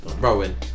Rowing